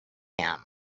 him